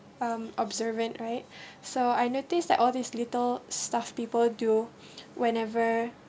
uh observant right so I notice that all this little stuff people do whenever